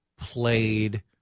played